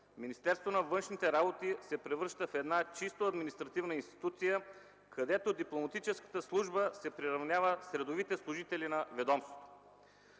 Министерство на външните работи се превръща в една чисто административна институция, където дипломатическата служба се приравнява с редовите служители на ведомството.